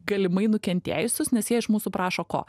galimai nukentėjusius nes jie iš mūsų prašo ko